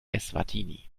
eswatini